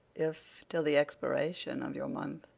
if, till the expiration of your month,